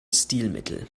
stilmittel